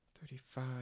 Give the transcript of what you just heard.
Thirty-five